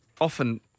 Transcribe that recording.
Often